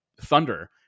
Thunder